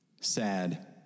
Sad